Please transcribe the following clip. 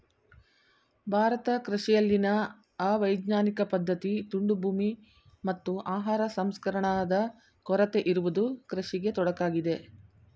ಭಾರತ ಕೃಷಿಯಲ್ಲಿನ ಅವೈಜ್ಞಾನಿಕ ಪದ್ಧತಿ, ತುಂಡು ಭೂಮಿ, ಮತ್ತು ಆಹಾರ ಸಂಸ್ಕರಣಾದ ಕೊರತೆ ಇರುವುದು ಕೃಷಿಗೆ ತೊಡಕಾಗಿದೆ